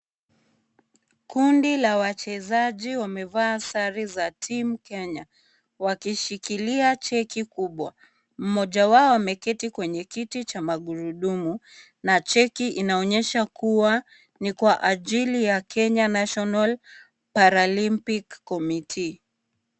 Kundi la wachezaji wamevaa sare za timu Kenya, wakishikilia cheki kubwa. Mmoja wao ameketi kwenye kiti cha magurudumu, na cheki inaonyesha kuwa ni kwa ajili ya, Kenya National Paralympic Committee.